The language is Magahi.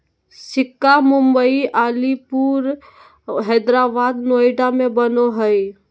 सिक्का मुम्बई, अलीपुर, हैदराबाद, नोएडा में बनो हइ